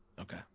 Okay